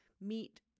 meet